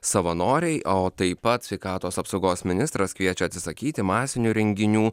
savanoriai o taip pat sveikatos apsaugos ministras kviečia atsisakyti masinių renginių